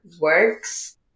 works